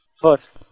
First